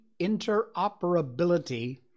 interoperability